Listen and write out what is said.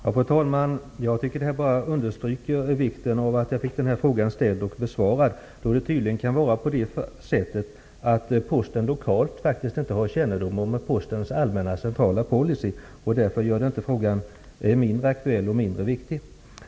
Fru talman! Detta understryker vikten av att denna fråga har ställts och att den har blivit besvarad. Det kan faktiskt vara så att Posten lokalt inte har kännedom om Postens centrala policy, och det bidrar till att göra frågan aktuell och viktig.